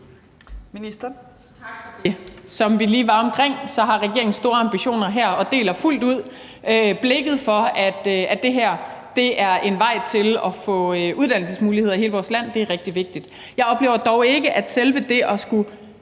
Som vi lige var omkring, har regeringen store ambitioner her og deler fuldt ud blikket for, at det her er en vej til at få uddannelsesmuligheder i hele vores land – det er rigtig vigtigt. Jeg oplever dog ikke, at selve det at skulle